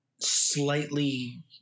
slightly